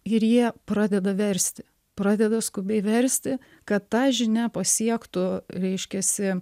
ir jie pradeda versti pradeda skubiai versti kad ta žinia pasiektų reiškiasi